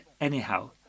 anyhow